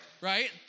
right